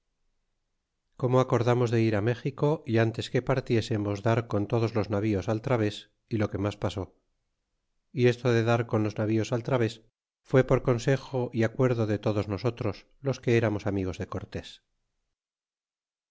como acordamos de ir méxico y ntes que partiésemos dar con todos los navíos al través y lo que mas pasó y esto de dar con los novios al través fud por consejo e acuerdo de todos nosotros los que oramos amigos de cortés